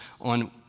on